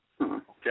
Okay